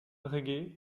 reggae